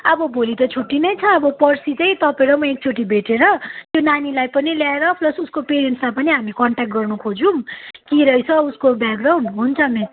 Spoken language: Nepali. अब भोलि त छुट्टी नै छ अब पर्सि चाहिँ तपाईँ र म एक चोटि भेटेर त्यो नानीलाई पनि ल्याएर प्लस उसको पेरेन्ट्सलाई पनि हामी कन्ट्याक्ट गर्नु खोजौँ के रहेछ उसको ब्याक ग्राउन्ड हुन्छ मिस